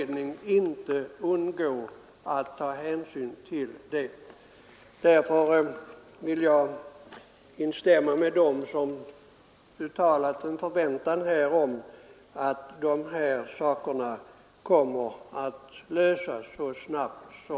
Därför vill jag instämma med dem som uttalat en förväntan om att de här frågorna kommer att lösas så snabbt som möjligt.